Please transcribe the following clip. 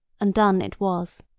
and done it was.